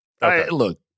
Look